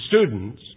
students